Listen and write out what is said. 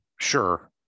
Sure